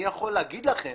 אני יכול להגיד לכם